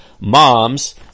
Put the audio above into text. moms